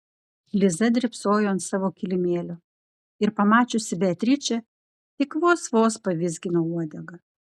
liza drybsojo ant savo kilimėlio ir pamačiusi beatričę tik vos vos pavizgino uodegą